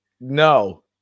No